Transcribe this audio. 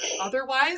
Otherwise